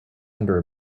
under